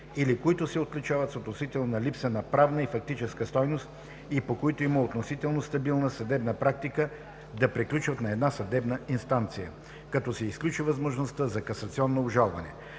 или които се отличават с относителна липса на правна и фактическа стойност и по които има относително стабилна съдебна практика, да приключват на една съдебна инстанция, като се изключи възможността за касационно обжалване.